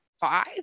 five